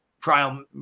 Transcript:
trial